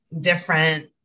different